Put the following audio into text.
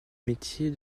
métier